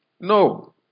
No